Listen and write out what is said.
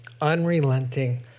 unrelenting